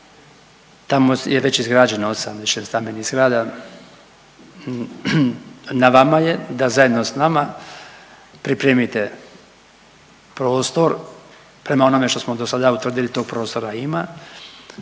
Tamo je već izgrađeno 8 višestambenih zgrada. Na vama je da zajedno s nama pripremite prostor, prema onome što smo dosada utvrdili tog prostora ima,